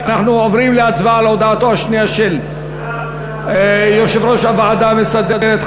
אנחנו עוברים להצבעה על הודעתו השנייה של יושב-ראש הוועדה המסדרת,